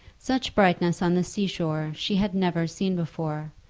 such brightness on the sea-shore she had never seen before,